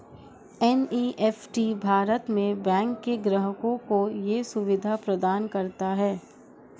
NEFT Bharat में bank के ग्राहकों को ये सुविधा प्रदान करता है